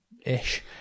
ish